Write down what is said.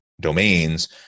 domains